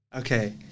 Okay